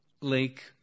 Lake